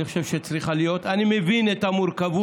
אני חושב שהיא צריכה להיות, אני מבין את המורכבות